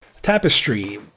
Tapestry